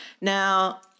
Now